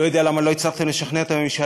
אני לא יודע למה לא הצלחתם לשכנע את הממשלה,